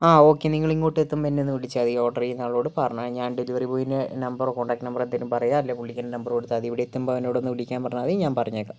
ആ ഓക്കേ നിങ്ങൾ ഇങ്ങോട്ട് എത്തുമ്പം എന്നെ ഒന്ന് വിളിച്ചാൽ മതി ഈ ഓർഡർ ചെയുന്ന ആളോട് പറഞ്ഞാ മതി ഞാൻ ഡെലിവറി ബോയിനെ നമ്പർ കോൺടാക്ട് നമ്പർ എന്തേലും പറയാം അല്ലെങ്കിൽ വിളിക്കണ നമ്പർ കൊടുത്താ മതി ഇവിടെ എത്തുമ്പം അവനോടു എന്നെ വിളിക്കാൻ പറഞ്ഞാൽ മതി ഞാൻ പറഞ്ഞേക്കാം